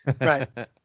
right